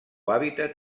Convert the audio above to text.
hàbitat